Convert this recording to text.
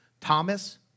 Thomas